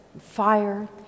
fire